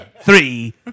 Three